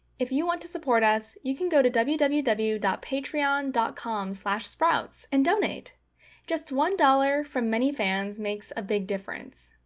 if you want to support us you can go to www www dot patreon dot com slash sprouts and donate just one dollars from many fans makes a big difference.